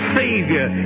savior